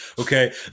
okay